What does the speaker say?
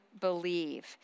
believe